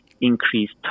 increased